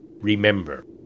remember